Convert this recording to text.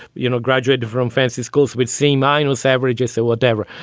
you know, graduated from fancy schools, we'd see minus averages or whatever.